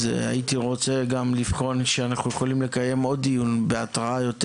אז הייתי רוצה גם לבחון אפשרות שנוכל לקיים עוד דיון בהתראה יותר